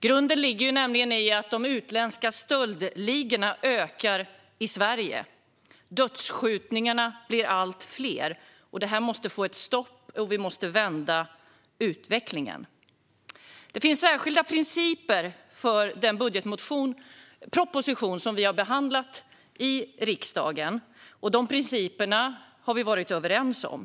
Grunden ligger nämligen i att de utländska stöldligorna ökar i Sverige och dödsskjutningarna blir allt fler. Det måste få ett stopp. Vi måste vända utvecklingen. Det finns särskilda principer för den budgetproposition som vi har behandlat i riksdagen. De principerna har vi varit överens om.